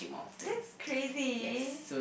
that's crazy